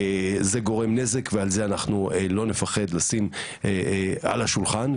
זה גורם נזק ועל זה אנחנו לא נפחד לשים על השולחן.